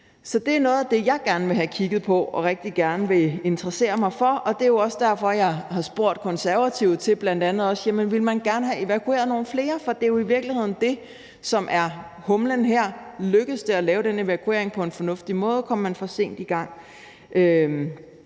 Så det er noget af det, jeg gerne vil have kigget på og rigtig gerne vil interessere mig for. Og det er også derfor, jeg bl.a. har spurgt Konservative: Jamen ville man gerne have evakueret nogle flere? For det, der jo i virkeligheden er humlen i det her, er: Lykkedes det at lave den evakuering på en fornuftig måde? Kom man for sent i gang?